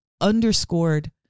underscored